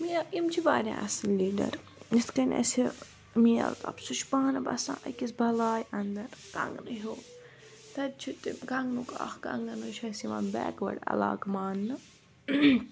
یِم چھِ واریاہ اصل لیٖڈر یِتھ کٔنۍ اَسہِ مِیاں الطاف چھُ سُہ چھُ پانہٕ بَسان أکِس بلاے اَندر کَنگنہٕ ہیوٚر تَتہِ چھُ تِم کَنگنُک اَکھ کنگن حظ چھُ اَسہِ یوان بیکوٲڑ علاقہٕ ماننہٕ